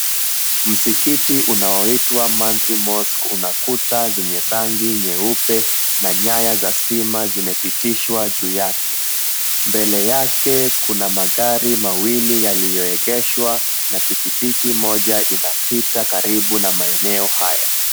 Msikiti unaoitwa, Manthri Mosque unakuta zenye rangi nyeupe na nyaya za stima zimepitishwa juu yake. Mbele yake kuna magari mawili yaliyoegeshwa na pikipiki moja inapita karibu na maeneo haya.